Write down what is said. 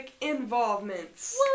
involvements